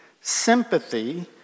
sympathy